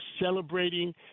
celebrating